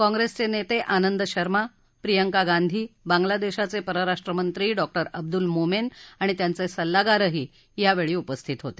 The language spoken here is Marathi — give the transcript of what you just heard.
काँग्रेसचे नेते आनंद शर्मा प्रियंका गांधी बांग्लादेशाचे परराष्ट्रमंत्री डॉक्टर अब्द्रल मोमेन आणि त्यांचे सल्लागारही यावेळी उपस्थित होते